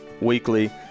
weekly